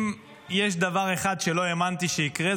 אם יש דבר אחד שלא האמנתי שיקרה,